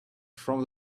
from